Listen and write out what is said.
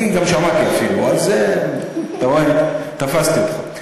אני גם שמעתי אפילו, אז אתה רואה, תפסתי אותך.